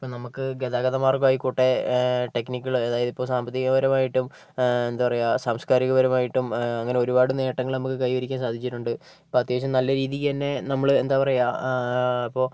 ഇപ്പം നമുക്ക് ഗതാഗത മാർഗ്ഗമായിക്കോട്ടെ ടെക്നിക്കൽ അതായത് ഇപ്പോൾ സാമ്പത്തികപരമായിട്ടും എന്താ പറയുക സാംസ്കാരികപരമായിട്ടും അങ്ങനെ ഒരുപാടു നേട്ടങ്ങൾ നമുക്കു കൈവരിയ്ക്കാൻ സാധിച്ചിട്ടുണ്ട് ഇപ്പം അത്യാവശ്യം നല്ല രീതിക്കന്നെ നമ്മൾ എന്താ പറയുക ഇപ്പോൾ